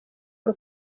ngo